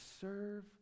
serve